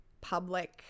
public